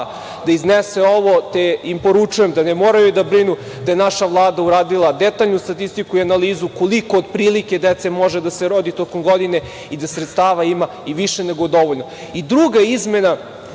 da iznese ovo, te im poručujem da ne moraju da brinu, da je naša Vlada uradila detaljnu statistiku i analizu koliko otprilike dece može da se rodi tokom godine i da sredstava ima i više nego dovoljno. Druga izmena